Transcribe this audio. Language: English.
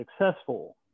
successful